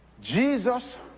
Jesus